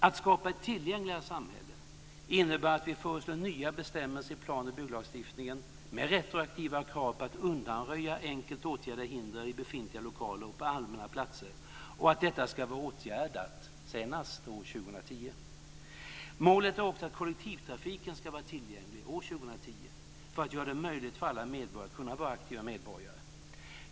Att skapa ett tillgängligare samhälle innebär att vi föreslår nya bestämmelser i plan och bygglagstiftningen med retroaktiva krav på att undanröja enkelt åtgärdade hinder i befintliga lokaler och på allmänna platser och att detta ska vara åtgärdat senast år 2010. Målet är också att kollektivtrafiken ska vara tillgänglig år 2010 för att göra det möjligt för alla medborgare att kunna vara aktiva medborgare.